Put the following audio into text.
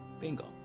Bingo